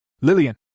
Lillian